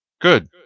Good